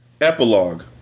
Epilogue